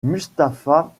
mustapha